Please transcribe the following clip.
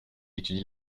étudie